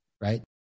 right